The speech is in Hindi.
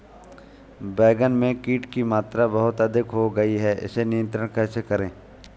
बैगन में कीट की मात्रा बहुत अधिक हो गई है इसे नियंत्रण कैसे करें?